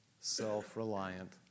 self-reliant